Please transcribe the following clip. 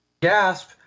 Gasp